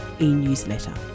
e-newsletter